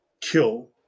kill